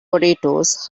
potatoes